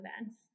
events